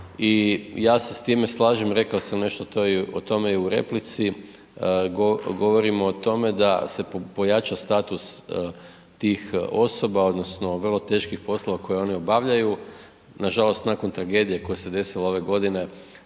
i ja se s time slaže, rekao sam nešto o tome i u replici, govorimo o tome da se pojača status tih osoba odnosno vrlo teških poslova koje oni obavljaju, nažalost nakon tragedije koja se desila ove godine